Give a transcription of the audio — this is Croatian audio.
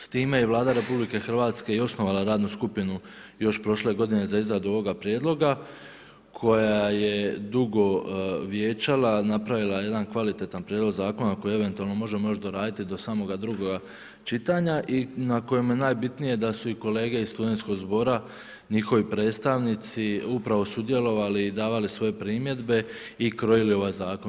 S time je Vlada RH osnovala radnu skupinu još prošle godine za izradu ovog prijedloga koja je dugo vijećala, napravila jedan kvalitetan prijedlog zakona koji eventualno možemo još doraditi do samoga drugoga čitanja i na kojem je najbitnije da su i kolege iz Studentskog zbora, njihovi predstavnici upravo sudjelovali i davali svoje primjedbe i krojili ovaj zakon.